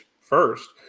first